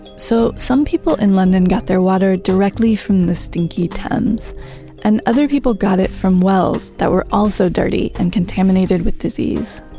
so some people in london got their water directly from the stinky thames and other people got it from wells that were also dirty and contaminated with disease